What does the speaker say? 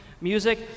music